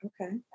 Okay